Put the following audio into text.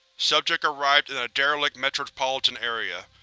subject arrived in a derelict metropolitan area.